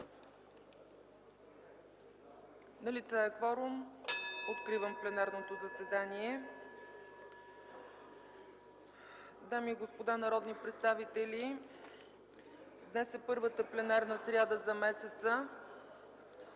Налице е кворум, откривам пленарното заседание. Дами и господа народни представители! Днес е първата пленарна сряда за месеца